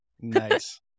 Nice